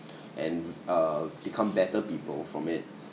and uh become better people from it